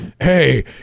hey